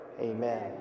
Amen